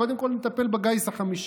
קודם כול נטפל בגיס החמישי.